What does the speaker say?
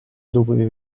dove